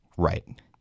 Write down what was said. Right